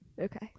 Okay